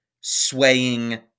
swaying